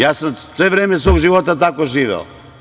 Ja sam sve vreme svog života tako živeo.